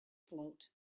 float